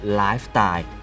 lifestyle